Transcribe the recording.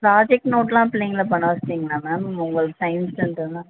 project நோட்லாம் பிள்ளைங்களை பண்ணவச்சிடீங்களா மேம் உங்களுக்கு டைம்